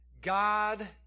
God